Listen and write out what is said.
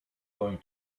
going